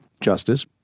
justice